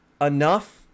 enough